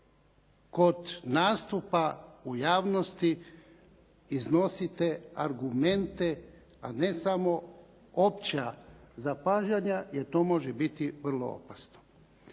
kod nastupa u javnosti iznosite argumente, a ne samo opća zapažanja jer to može biti vrlo opasno.